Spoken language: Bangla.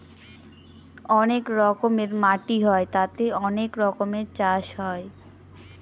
অনেক রকমের মাটি হয় তাতে অনেক রকমের চাষ হয়